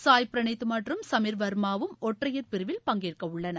சாய் பிரனீத் மற்றும் சமீர் வர்மாவும் ஒற்றையர் பிரிவில் பங்கேற்க உள்ளனர்